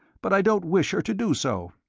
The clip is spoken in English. but i don't wish her to do so.